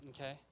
okay